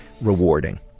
rewarding